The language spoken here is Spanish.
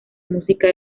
música